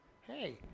hey